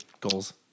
Goals